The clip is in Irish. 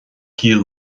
giall